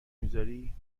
میذاری